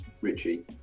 Richie